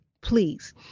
Please